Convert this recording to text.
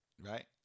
right